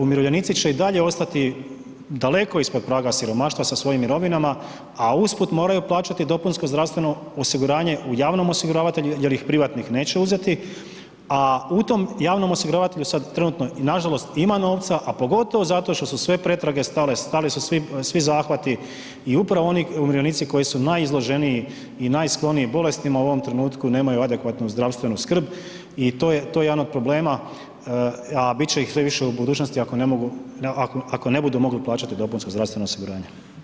Umirovljenici će i dalje ostati daleko ispod praga siromaštva sa svojim mirovinama, a usput moraju plaćati dopunsko zdravstveno osiguranje u javnom osiguravatelju jel ih privatnih neće uzeti, a u tom javnom osiguravatelju sad trenutno i nažalost ima novca, a pogotovo zato što su sve pretrage stale, stali su svi, svi zahvati i upravo oni umirovljenici koji su najizloženiji i najskloniji bolestima u ovom trenutku nemaju adekvatnu zdravstvenu skrb i to je, to je jedan od problema, a bit će ih sve više u budućnosti ako ne mogu, ako ne budu mogli plaćati dopunsko zdravstveno osiguranje.